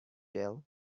tell